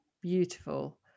Beautiful